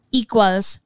equals